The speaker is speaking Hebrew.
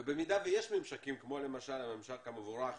ובמידה ויש ממשקים כמו למשל הממשק המבורך